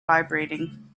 vibrating